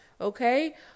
Okay